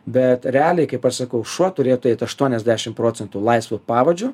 bet realiai kaip aš sakau šuo turėtų eit aštuoniasdešim procentų laisvu pavadžiu